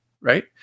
right